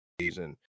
season